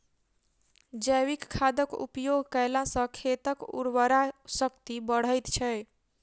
जैविक खादक उपयोग कयला सॅ खेतक उर्वरा शक्ति बढ़ैत छै